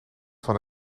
van